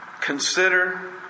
Consider